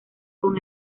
con